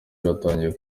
batangiye